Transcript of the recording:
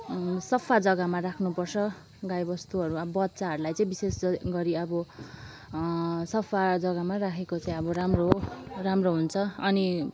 सफा जग्गामा राख्नु पर्छ गाई बस्तुहरू अब बच्चाहरूलाई चाहिँ विशेष गरी अब सफा जग्गामा राखेको चाहिँ अब राम्रो हो राम्रो हुन्छ अनि